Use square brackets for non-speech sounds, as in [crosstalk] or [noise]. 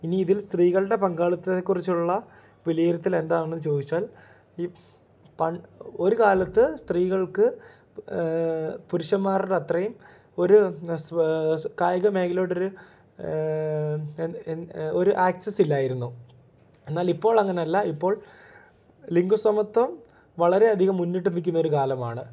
ഇനി ഇതിൽ സ്ത്രീകളുടെ പങ്കാളിത്തെക്കുറിച്ചുള്ള വിലയിരുത്തൽ എന്താണെന്ന് ചോദിച്ചാൽ ഈ പണ്ട് ഒരു കാലത്ത് സ്ത്രീകൾക്ക് പുരുഷന്മാരുടെ അത്രയും ഒരു [unintelligible] കായിക മേഖലയോട്ടൊരു എൻ എൻ ഒരു ആക്സസ് ഇല്ലായിരുന്നു എന്നാൽ ഇപ്പോൾ അങ്ങനെ അല്ല ഇപ്പോൾ ലിംഗസമത്വം വളരെ അധികം മുന്നിട്ട് നിൽക്കുന്ന ഒരു കാലമാണ്